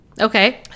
Okay